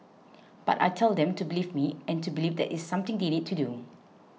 but I tell them to believe me and to believe that it's something they need to do